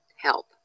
help